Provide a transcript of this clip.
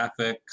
graphics